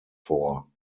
vor